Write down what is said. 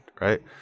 right